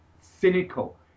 cynical